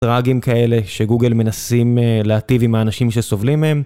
דראגים כאלה שגוגל מנסים להטיב עם האנשים שסובלים מהם.